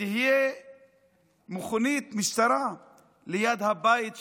שתהיה מכונית משטרה ליד הבית שלו,